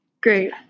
Great